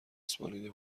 چسبانیده